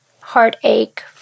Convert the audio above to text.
heartache